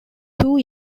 two